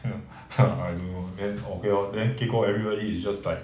I don't know then okay lor then gei gou everybody is just like